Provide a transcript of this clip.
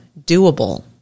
doable